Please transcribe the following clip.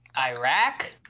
Iraq